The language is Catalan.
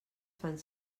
fan